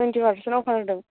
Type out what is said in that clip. twenty percent अफार होदों